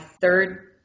third